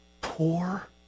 poor